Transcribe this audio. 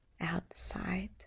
outside